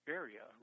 area